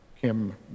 Kim